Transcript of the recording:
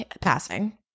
passing